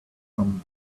from